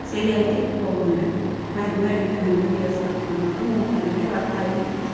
ശരിയായിട്ട് പോകുന്നുണ്ട് മരുന്ന് കഴിക്കുന്നുണ്ട് ദിവസം നമുക്ക് മൂ എൻ്റെ ഭർത്താവിന്